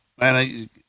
man